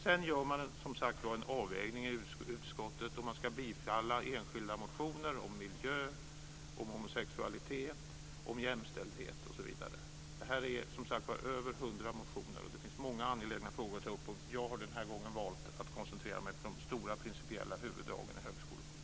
Sedan gör man, som sagt var, en avvägning i utskottet om ifall man ska bifalla enskilda motioner om miljö, om homosexualitet, om jämställdhet osv. Det är som sagt över 100 motioner, och det är många angelägna frågor som tas upp. Jag har den här gången valt att koncentrera mig på de stora, principiella huvuddragen i högskolepolitiken.